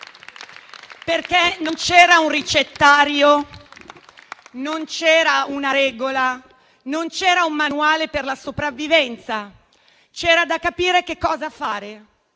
perché non c'erano un ricettario, una regola o un manuale per la sopravvivenza. C'era da capire che cosa fare